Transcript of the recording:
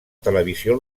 televisió